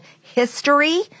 history